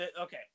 okay